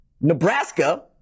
Nebraska